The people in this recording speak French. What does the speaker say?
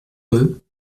eux